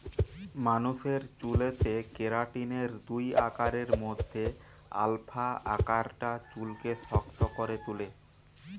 মানুষের চুলেতে কেরাটিনের দুই আকারের মধ্যে আলফা আকারটা চুলকে শক্ত করে তুলে